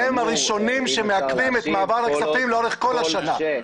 אתם הראשונים שמעכבים את מעבר הכספים לאורך כל השנה.